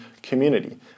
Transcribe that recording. community